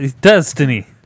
Destiny